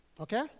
okay